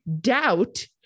doubt